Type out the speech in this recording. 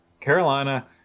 Carolina